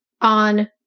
on